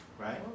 Right